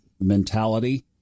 mentality